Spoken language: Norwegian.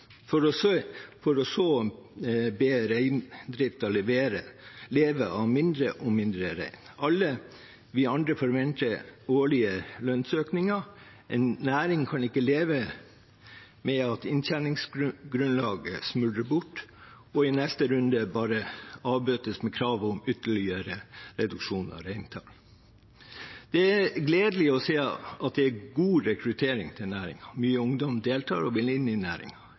for så å be reindriften leve av færre og færre rein. Alle vi andre forventer årlige lønnsøkninger. En næring kan ikke leve med at inntjeningsgrunnlaget smuldrer bort og i neste runde bare avbøtes med krav om ytterligere reduksjoner i reintall. Det er gledelig å se at det er god rekruttering til næringen. Mye ungdom deltar og vil inn i